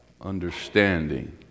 understanding